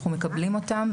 אנחנו מקבלים אותם,